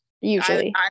Usually